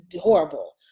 horrible